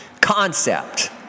Concept